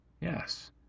Yes